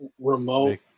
Remote